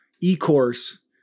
e-course